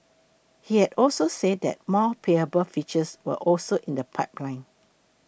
he had also said that more payable features were also in the pipeline